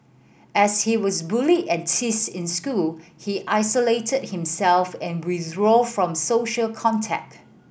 as he was bullied and teased in school he isolated himself and withdrew from social contact